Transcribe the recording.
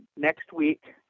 next week.